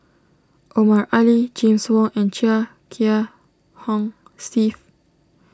Omar Ali James Wong and Chia Kiah Hong Steve